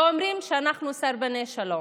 ואומרים שאנחנו סרבני שלום.